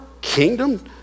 kingdom